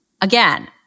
Again